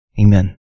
Amen